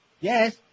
Yes